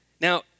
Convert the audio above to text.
Now